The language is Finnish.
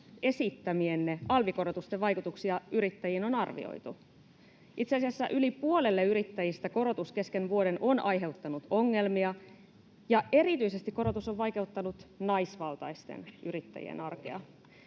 esittämienne alvikorotusten vaikutuksia yrittäjiin on arvioitu? Itse asiassa yli puolelle yrittäjistä korotus kesken vuoden on aiheuttanut ongelmia, ja erityisesti korotus on vaikeuttanut naisvaltaisten yrittäjien arkea.